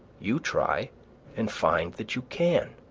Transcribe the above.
you try and find that you can.